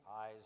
eyes